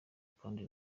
kandi